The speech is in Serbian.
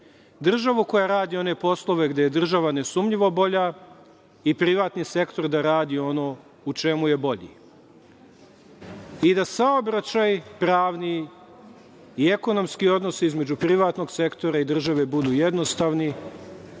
Državu koja radi one poslove gde je država nesumnjivo bolja i privatni sektor da radi ono u čemu je bolji i da saobraćaj pravni i ekonomski odnosi između privatnog sektora i države budu jednostavni